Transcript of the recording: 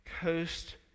coast